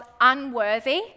unworthy